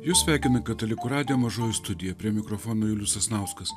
jus sveikina katalikų radijo mažoji studija prie mikrofono julius sasnauskas